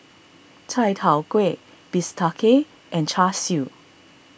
Chai Tow Kway Bistake and Char Siu